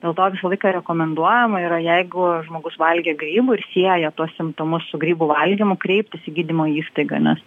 dėl to visą laiką rekomenduojama yra jeigu žmogus valgė grybų ir sieja tuos simptomus su grybų valgymu kreiptis į gydymo įstaigą nes